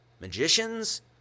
magicians